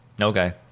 okay